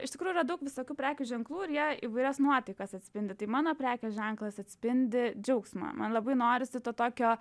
iš tikrųjų yra daug visokių prekių ženklų ir jie įvairias nuotaikas atspindi tai mano prekės ženklas atspindi džiaugsmą man labai norisi to tokio